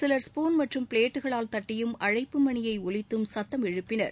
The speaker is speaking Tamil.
சிலர் ஸ்பூன் மற்றும் பிளேட்டுகளால் தட்டியும் அழைப்பு மணியை ஒலித்தும் சத்தம் எழுப்பினர்